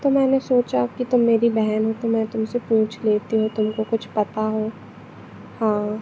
तो मैंने सोचा कि तुम मेरी बहन है तो मैं तुमसे पूछ लेती हूँ तुमको कुछ पता हो हाँ